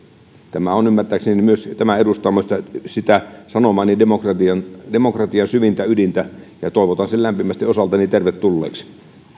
tämä ymmärtääkseni edustaa myös sitä sanomaani demokratian demokratian syvintä ydintä ja toivotan sen lämpimästi osaltani tervetulleeksi